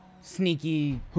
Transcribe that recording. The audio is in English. Sneaky